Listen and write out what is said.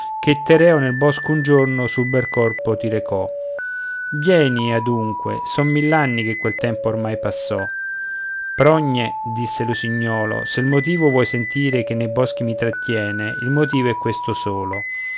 che tereo nel bosco un giorno sul bel corpo ti recò vieni adunque son mill'anni che quel tempo ormai passò progne disse l'usignolo se il motivo vuoi sentire che nei boschi mi trattiene il motivo è questo solo